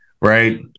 right